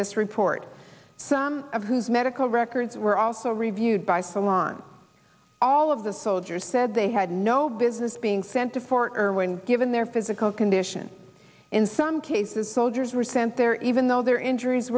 this report some of whose medical records were also reviewed by salon all of the soldiers said they had no business being sent to fort irwin given their physical condition in some cases soldiers were sent there even though their injuries